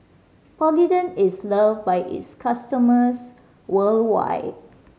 Polident is love by its customers worldwide